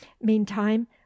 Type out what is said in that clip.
meantime